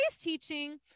teaching